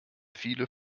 viele